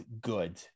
good